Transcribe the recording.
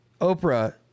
Oprah